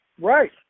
Right